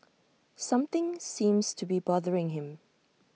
something seems to be bothering him